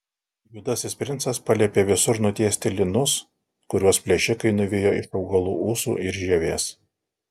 juodasis princas paliepė visur nutiesti lynus kuriuos plėšikai nuvijo iš augalų ūsų ir žievės